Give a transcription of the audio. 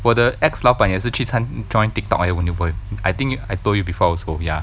我的 ex 老板也是去参 join TikTok eh I think I told you before also ya